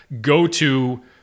go-to